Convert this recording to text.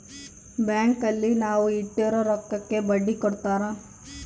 bank ಅಲ್ಲಿ ನಾವ್ ಇಟ್ಟಿರೋ ರೊಕ್ಕಗೆ ಬಡ್ಡಿ ಕೊಡ್ತಾರ